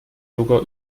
sogar